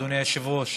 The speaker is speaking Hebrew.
אדוני היושב-ראש,